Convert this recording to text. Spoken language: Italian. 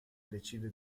decide